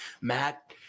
Matt